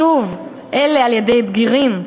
שוב, אלה על-ידי בגירים.